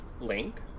Link